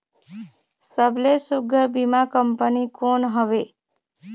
सबले सुघ्घर बीमा कंपनी कोन हवे?